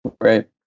Right